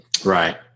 Right